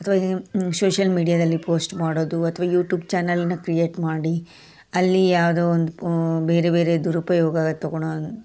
ಅಥವಾ ಸೋಶಲ್ ಮೀಡಿಯಾದಲ್ಲಿ ಪೋಸ್ಟ್ ಮಾಡೋದು ಅಥ್ವಾ ಯುಟ್ಯೂಬ್ ಚ್ಯಾನಲನ್ನ ಕ್ರಿಯೇಟ್ ಮಾಡಿ ಅಲ್ಲಿ ಯಾವುದೋ ಒಂದು ಬೇರೆ ಬೇರೆ ದುರುಪಯೋಗ ತೊಗೊಳೋ